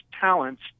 talents